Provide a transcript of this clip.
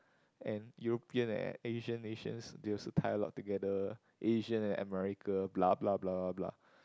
and European and Asian nations they also tie a lot together Asian and America blablablabla